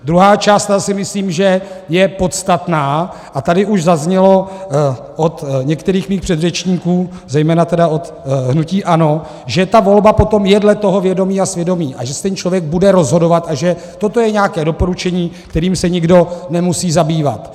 Druhá část, ta si myslím, že je podstatná, a tady už zaznělo od některých mých předřečníků, zejména tedy od hnutí ANO, že ta volba je potom dle toho vědomí a svědomí a že se ten člověk bude rozhodovat a že toto je nějaké doporučení, kterým se nikdo nemusí zabývat.